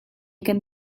kan